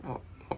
!wah!